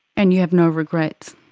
and you have no regrets?